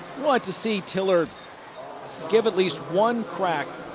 to see tiller give at least one crack